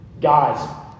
Guys